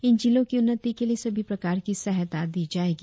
इन जिलों की उन्नति के लिए सभी प्रकार की सहायता दी जाएगी